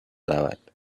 رود